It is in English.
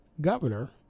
governor